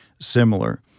similar